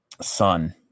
son